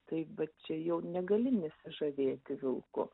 taip vat čia jau negali nesižavėti vilku